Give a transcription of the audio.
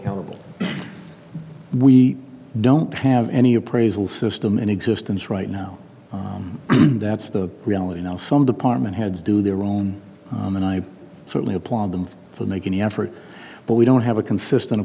accountable we don't have any appraisal system in existence right now that's the reality now some department heads do their own and i certainly applaud them for making the effort but we don't have a consistent